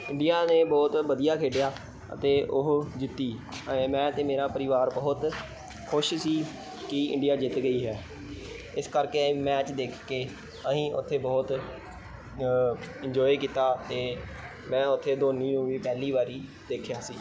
India ਨੇ ਬਹੁਤ ਵਧੀਆ ਖੇਡਿਆ ਅਤੇ ਉਹ ਜਿੱਤੀ ਮੈਂ ਅਤੇ ਮੇਰਾ ਪਰਿਵਾਰ ਬਹੁਤ ਖੁਸ਼ ਸੀ ਕਿ ਇੰਡੀਆ ਜਿੱਤ ਗਈ ਹੈ ਇਸ ਕਰਕੇ ਮੈਚ ਦੇਖ ਕੇ ਅਸੀਂ ਉੱਥੇ ਬਹੁਤ ਇੰਜੋਏ ਕੀਤਾ ਅਤੇ ਮੈਂ ਉੱਥੇ ਧੋਨੀ ਨੂੰ ਵੀ ਪਹਿਲੀ ਵਾਰ ਦੇਖਿਆ ਸੀ